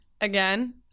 again